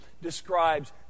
describes